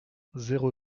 zéro